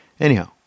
Anyhow